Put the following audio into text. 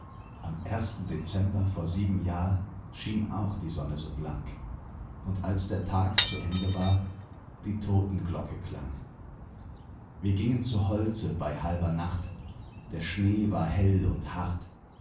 am ersten dezember vor sieben jahr schien auch die sonne so blank und als der tag zu ende war die totenglocke klang wir gingen zu holze bei halber nacht der schnee war hell und hart